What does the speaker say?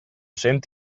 sent